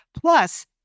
plus